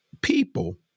people